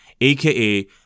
aka